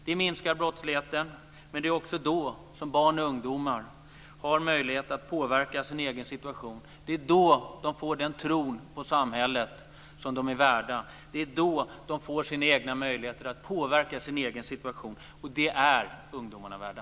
Det minskar brottsligheten, men det är också då som barn och ungdomar har möjlighet att påverka sin egen situation. Det är då de får den tron på samhället som de är värda. Det är då de får sina egna möjligheter att påverka sin egen situation. Det är ungdomarna värda.